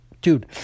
Dude